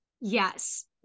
Yes